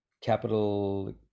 capital